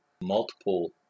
multiple